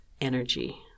energy